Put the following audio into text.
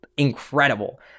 incredible